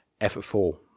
effortful